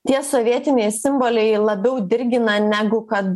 tie sovietiniai simboliai labiau dirgina negu kad